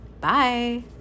Bye